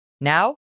Now